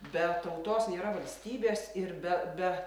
be tautos nėra valstybės ir be be